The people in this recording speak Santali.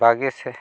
ᱵᱟᱨᱜᱮ ᱥᱮ